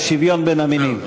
יש שוויון בין המינים.